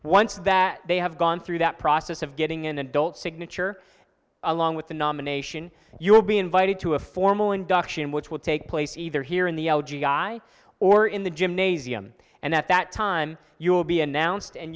once that they have gone through that process of getting an adult signature along with the nomination you will be invited to a formal induction which will take place either here in the guy or in the gymnasium and at that time you will be announced and